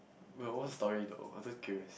well what's the story though I just curious